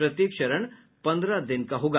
प्रत्येक चरण पन्द्रह दिन का होगा